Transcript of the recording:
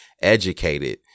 educated